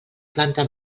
planta